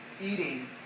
eating